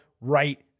right